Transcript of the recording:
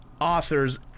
authors